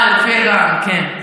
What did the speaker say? כפירה, כן.